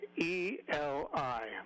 E-L-I